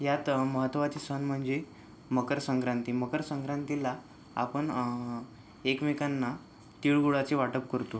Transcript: यात महत्त्वाचे सण म्हणजे मकर संक्रांती मकर संक्रांतीला आपण एकमेकांना तिळगुळाचे वाटप करतो